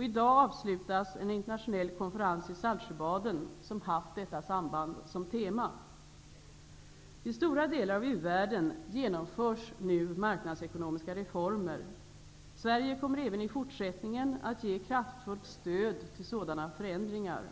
I dag avslutas en internationell konferens i Saltsjöbaden som haft detta samband som tema. I stora delar av u-världen genomförs nu marknadsekonomiska reformer. Sverige kommer även i fortsättningen att ge kraftfullt stöd till sådana förändringar.